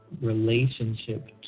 relationship